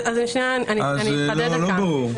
זה לא ברור.